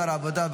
שר העבודה,